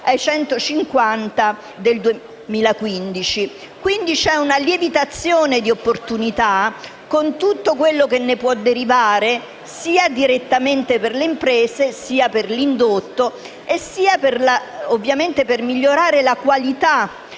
milioni del 2015. Quindi c’è una lievitazione di opportunità con tutto quello che ne può derivare sia direttamente per le imprese, sia per l’indotto, sia per migliorare la qualità